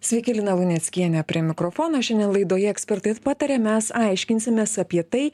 sveiki lina luneckienė prie mikrofono šiandien laidoje ekspertai pataria mes aiškinsimės apie tai